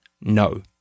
no